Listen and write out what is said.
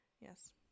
Yes